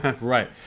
Right